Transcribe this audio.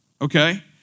okay